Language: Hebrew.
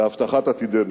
והבטחת עתידנו.